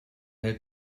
hält